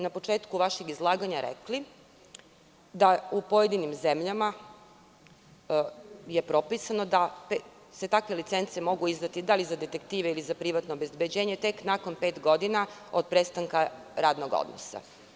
Na početku vašeg izlaganja ste rekli da je u pojedinim zemljama propisano da se takve licence mogu izdati da li za detektive ili za privatno obezbeđenje tek nakon pet godina od prestanka radnog odnosa.